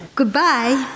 Goodbye